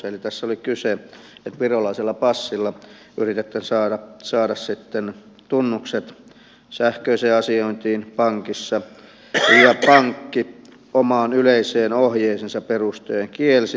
eli tässä oli kyse siitä että virolaisella passilla yritettiin saada tunnukset sähköiseen asiointiin pankissa ja pankki omaan yleiseen ohjeeseensa perustuen kielsi sen